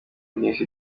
byinshi